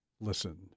listen